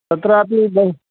तत्रापि बहु